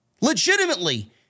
Legitimately